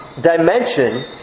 dimension